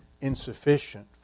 insufficient